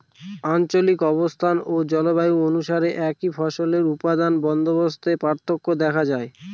আঞ্চলিক অবস্থান ও জলবায়ু অনুসারে একই ফসলের উৎপাদন বন্দোবস্তে পার্থক্য দেখা যায়